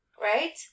right